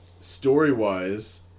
Story-wise